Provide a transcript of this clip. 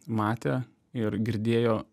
matė ir girdėjo